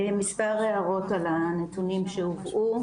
מספר הערות על הנתונים שהובאו.